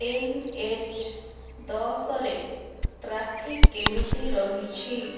N H ଦଶରେ traffic କେମିତି ରହିଛି